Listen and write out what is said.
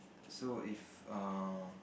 so if err